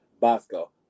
Bosco